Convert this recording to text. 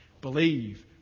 Believe